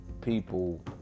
people